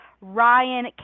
Ryan